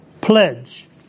pledge